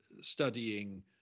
studying